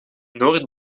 noord